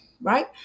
right